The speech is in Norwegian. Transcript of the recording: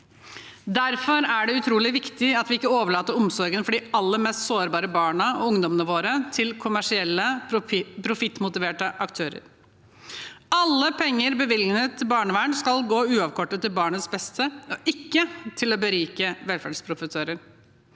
Derfor er det utrolig viktig at vi ikke overlater omsorgen for de aller mest sårbare barna og ungdommene våre til kommersielle profittmotiverte aktører. Alle penger bevilget til barnevern skal gå uavkortet til barnets beste, ikke til å berike velferdsprofitører.